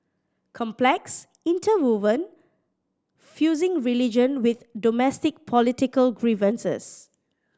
complex interwoven fusing religion with domestic political grievances